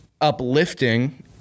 uplifting